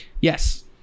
Yes